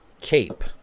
cape